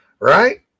Right